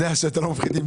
אנשים מבוגרים,